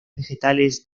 vegetales